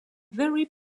very